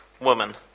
Woman